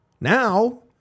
now